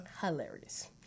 hilarious